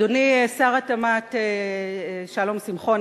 אדוני שר התמ"ת שלום שמחון,